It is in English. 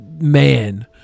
man